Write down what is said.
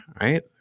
right